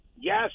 yes